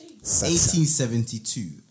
1872